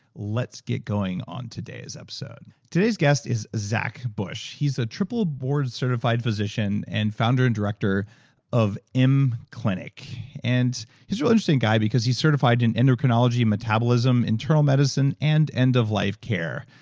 let's get going on today's episode. today's guest is zach bush. he's a triple board certified physician and founder and director of m clinic. and he's a real interesting guy because he's certified in endocrinology, metabolism, internal medicine and end-of-life care.